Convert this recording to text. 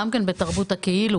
גם כן בתרבות הכאילו.